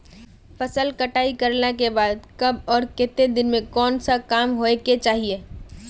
फसल कटाई करला के बाद कब आर केते दिन में कोन सा काम होय के चाहिए?